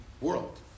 world